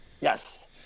Yes